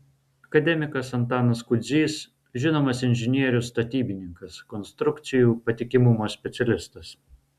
akademikas antanas kudzys žinomas inžinierius statybininkas konstrukcijų patikimumo specialistas